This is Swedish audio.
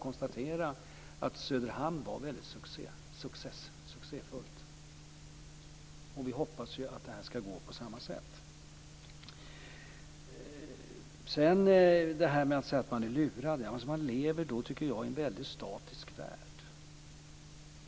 I Söderhamn blev det succéartat, och vi hoppas att detta ska bli på samma sätt. När man säger att man har blivit lurad tycker jag att man lever i en väldigt statisk värld.